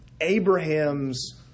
Abraham's